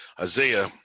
Isaiah